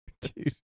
dude